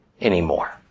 anymore